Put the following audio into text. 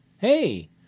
hey